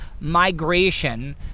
migration